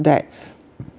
that